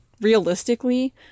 Realistically